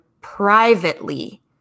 privately